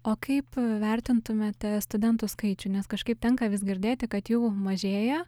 o kaip vertintumėte studentų skaičių nes kažkaip tenka vis girdėti kad jų mažėja